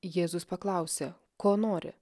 jėzus paklausė ko nori